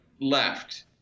left